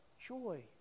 joy